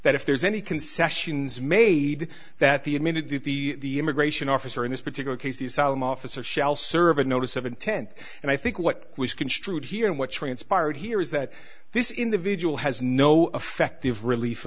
that if there's any concessions made that the admitted that the immigration officer in this particular case the asylum officer shall serve a notice of intent and i think what was construed here and what transpired here is that this individual has no affective relief